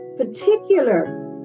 particular